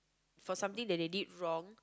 for something that they did wrong